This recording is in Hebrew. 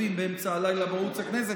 שצופים באמצע הלילה בערוץ הכנסת,